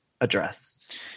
addressed